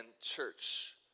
church